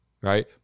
right